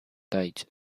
date